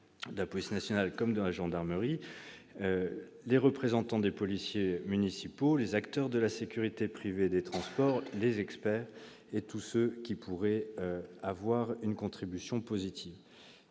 de la police nationale que de la gendarmerie, les représentants des policiers municipaux, les acteurs de la sécurité privée des transports, les experts, et tous ceux qui pourraient avoir une contribution positive.